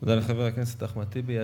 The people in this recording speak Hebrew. תודה לחבר הכנסת אחמד טיבי.